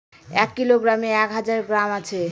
এক কিলোগ্রামে এক হাজার গ্রাম আছে